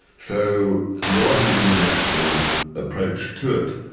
so there was an international approach to it,